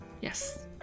Yes